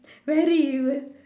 very evil